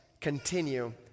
continue